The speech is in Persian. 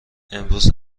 امروز